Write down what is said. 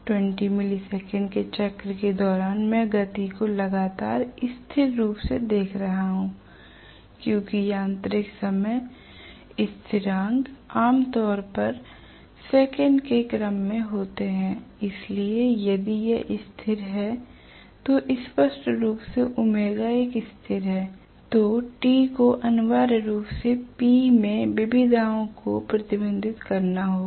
20 millisecond के चक्र के दौरान मैं गति को लगातार स्थिर रूप से देख रहा हूं क्योंकि यांत्रिक समय स्थिरांक आम तौर पर सेकंड के क्रम के होते हैं इसलिए यदि यह स्थिर है तो स्पष्ट रूप से ओमेगा Omega ω एक स्थिर है तो T को अनिवार्य रूप से P में विविधताओं को प्रतिबिंबित करना होगा